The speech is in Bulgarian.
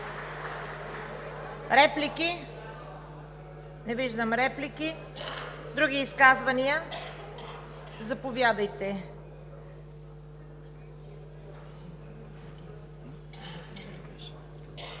Реплики? Не виждам. Други изказвания? Заповядайте.